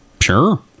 sure